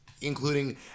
including